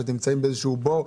שאתם נמצאים באיזשהו בור?